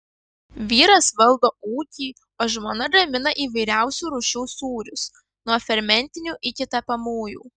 vyras valdo ūkį o žmona gamina įvairiausių rūšių sūrius nuo fermentinių iki tepamųjų